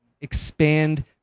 expand